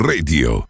Radio